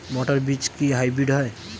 মটর বীজ কি হাইব্রিড হয়?